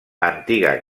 antiga